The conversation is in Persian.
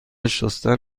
شستن